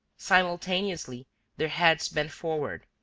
simultaneously their heads bent forward,